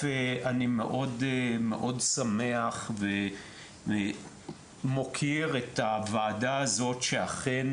אני מאוד שמח ומוקיר את הוועדה הזו על כך שהיא אכן